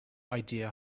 idea